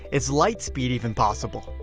is light speed even possible?